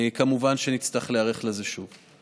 כמובן נצטרך להיערך לזה שוב.